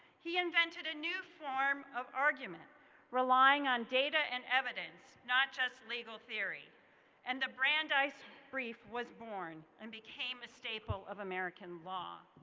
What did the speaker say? he invented new form of argument relying on data and evidence not just legal theory and the brandeis brief was born and became a staple of american law.